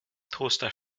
toaster